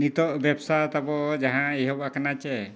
ᱱᱤᱛᱚᱜ ᱵᱮᱵᱽᱥᱟ ᱛᱟᱵᱚ ᱡᱟᱦᱟᱸ ᱮᱦᱚᱵ ᱠᱟᱱᱟ ᱥᱮ